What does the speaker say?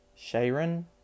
Sharon